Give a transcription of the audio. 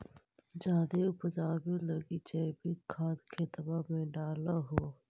जायदे उपजाबे लगी जैवीक खाद खेतबा मे डाल हो?